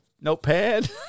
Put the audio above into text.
notepad